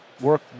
work